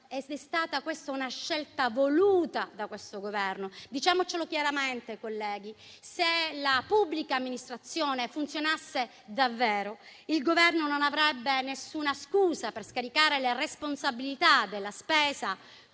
È stata, questa, una scelta voluta dal Governo. Diciamocelo chiaramente, colleghi: se la pubblica amministrazione funzionasse davvero, il Governo non avrebbe alcuna scusa per scaricare le responsabilità della spesa,